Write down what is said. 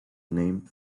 named